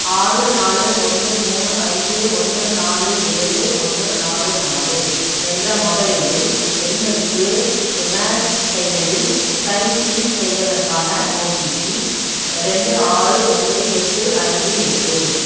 ஆறு நாலு ஒன்று மூணு ஐந்து ஒன்று நாலு ஏலு ஒன்று நாலு நாலு என்ற மொபைலில் எண்ணுக்கு உமேட் செயலில் சைன்இன் செய்வதற்கான ஓடிபி ரெண்டு ஆறு ஒன்பது எட்டு ஐந்து எட்டு